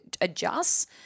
adjusts